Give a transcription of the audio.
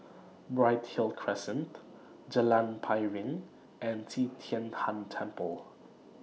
Bright Hill Crescent Jalan Piring and Qi Tian Tan Temple